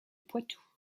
poitou